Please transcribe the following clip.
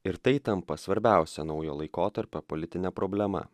ir tai tampa svarbiausia naujo laikotarpio politine problema